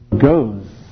Goes